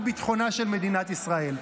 מדינת ישראל.